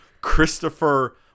christopher